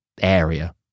area